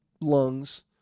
lungs